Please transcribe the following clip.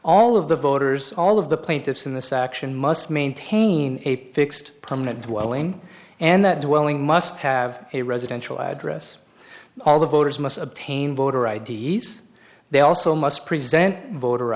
all of the voters all of the plaintiffs in the section must maintain a fixed permanent dwelling and that dwelling must have a residential address all the voters must obtain voter i d s they also must present voter